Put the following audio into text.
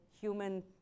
human